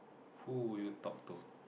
who would you talk to